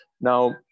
Now